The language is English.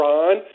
Ron